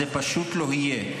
זה פשוט לא יהיה.